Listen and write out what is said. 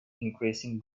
increasing